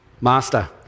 Master